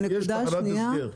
אבל כשיש תחנת הסגר,